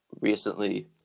recently